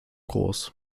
groß